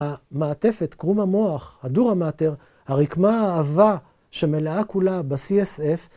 המעטפת, כרום המוח, הדורמטר, הרקמה העבה שמלאה כולה ב-CSF